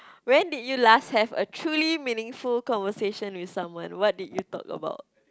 when did you last have a truly meaningful conversation with someone what did you talk about